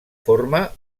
forma